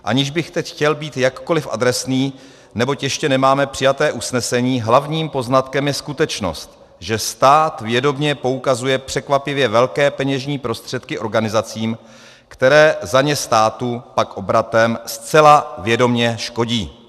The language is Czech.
Aniž bych teď chtěl být jakkoliv adresný, neboť ještě nemáme přijeté usnesení, hlavním poznatkem je skutečnost, že stát vědomě poukazuje překvapivě velké peněžní prostředky organizacím, které za ně státu pak obratem zcela vědomě škodí.